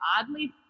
oddly